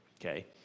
okay